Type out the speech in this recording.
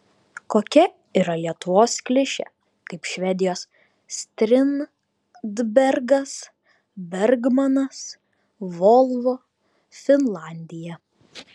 kokia yra lietuvos klišė kaip švedijos strindbergas bergmanas volvo finlandija